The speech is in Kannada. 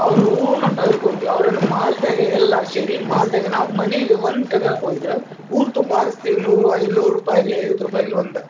ಅವ್ರೂನು ಟಗರು ಕೊಯ್ದು ಅವ್ರು ಇಲ್ಲಿ ಮಾಲ್ದೆಗೆ ಎಲ್ಲಾರು ಸೇರಿ ಮಾಲ್ದೆಗೆ ನಾವು ಮನಿಗೆ ಬಂದು ಟಗ್ರು ಕೊಯ್ದ್ರೆ ಊರು ತುಂಬ ಹಂಚ್ತೀವಿ ನೂರು ಐನೂರು ರೂಪಾಯಿ ಆಗಲಿ ಐವತ್ತು ರೂಪಾಯಿ ಆಗಲಿ ಒಂದು